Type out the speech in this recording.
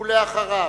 ואחריו,